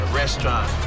restaurant